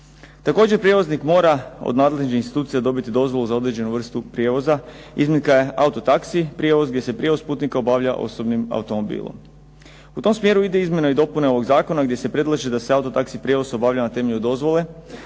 Također prijevoznik mora od nadležnih institucija dobiti dozvolu za određenu vrstu prijevoza. Iznimka je auto taxi prijevoz gdje se prijevoz putnika obavlja osobnim automobilom. U tom smjeru idu izmjene i dopune ovog zakona gdje se predlaže da se auto taxi prijevoz obavlja na temelju dozvole